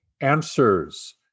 answers